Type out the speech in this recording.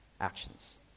actions